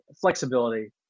flexibility